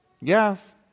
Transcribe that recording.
yes